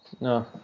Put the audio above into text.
No